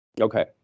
Okay